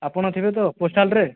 ଆପଣ ଥିବେ ତ ପୋଷ୍ଟାଲ୍ରେ